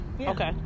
Okay